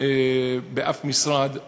בשום משרד,